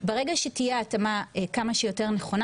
ברגע שתהיה התאמה כמה שיותר נכונה